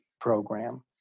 program